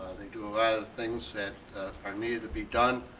they do a lot of things that are needed to be done.